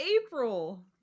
April